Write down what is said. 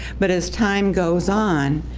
but as time goes on,